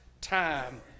time